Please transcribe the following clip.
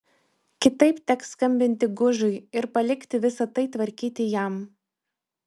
kitaip teks skambinti gužui ir palikti visa tai tvarkyti jam